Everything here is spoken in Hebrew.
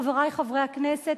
חברי חברי הכנסת,